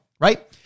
right